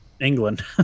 England